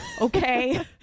okay